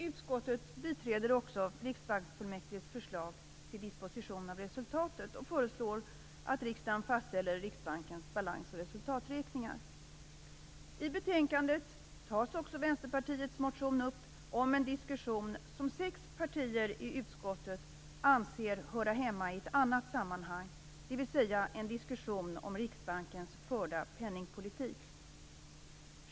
Utskottet biträder också riksbanksfullmäktiges förslag till disposition av resultatet och föreslår att riksdagen fastställer I betänkandet tas också Vänsterpartiets motion upp om en diskussion som sex partier i utskottet anser höra hemma i ett annat sammanhang, dvs. en diskussion om Riksbankens förda penningpolitik.